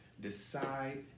Decide